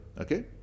Okay